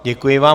Děkuji vám.